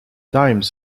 dimes